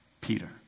Peter